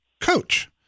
coach